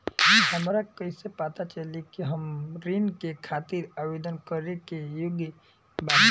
हमरा कइसे पता चली कि हम ऋण के खातिर आवेदन करे के योग्य बानी?